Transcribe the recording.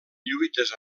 lluites